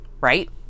right